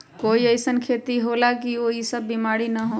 कोई अईसन खेती होला की वो में ई सब बीमारी न होखे?